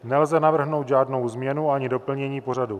Nelze navrhnout žádnou změnu ani doplnění pořadu.